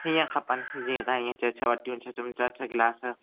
हीअं खपनि जीअं तव्हां हीअं चयो छह वटियूं छह चिमिचा छह छह गिलास